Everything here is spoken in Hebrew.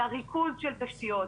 אלא ריכוז של תשתיות